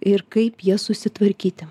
ir kaip jas susitvarkyti